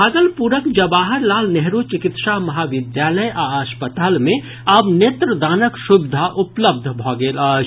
भागलपुरक जवाहर लाल नेहरू चिकित्सा महाविद्यालय आ अस्पताल मे आब नेत्र दानक सुविधा उपलब्ध भऽ गेल अछि